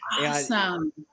Awesome